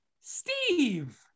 Steve